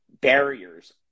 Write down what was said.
barriers